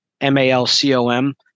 M-A-L-C-O-M